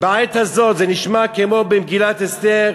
בעת הזאת, זה נשמע כמו במגילת אסתר: